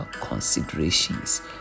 considerations